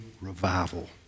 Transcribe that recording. revival